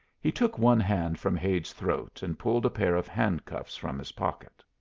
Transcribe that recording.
he took one hand from hade's throat and pulled a pair of handcuffs from his pocket.